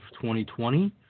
2020